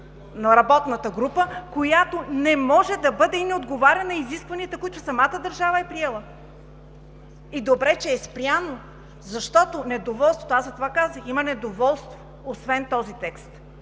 на работната група, която не може да бъде и не отговаря на изискванията, която самата държава е приела. И добре, че е спряно, защото недоволството… Аз затова казах, че има недоволство, освен този текст.